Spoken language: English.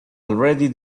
already